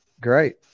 great